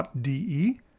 de